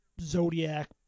Zodiac